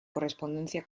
correspondencia